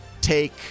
take